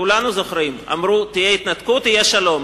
כולנו זוכרים, אמרו: תהיה התנתקות, יהיה שלום.